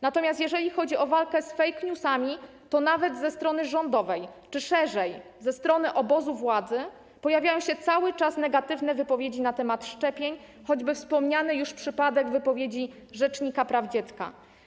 Natomiast jeżeli chodzi o walkę z fake newsami, to nawet ze strony rządowej czy szerzej: ze strony obozu władzy cały czas pojawiają się negatywne wypowiedzi na temat szczepień, choćby wspomniany już przypadek wypowiedzi rzecznika praw dziecka.